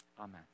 Amen